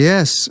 Yes